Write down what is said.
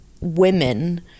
women